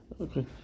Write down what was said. Okay